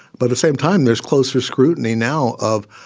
but the same time, there's closer scrutiny now of,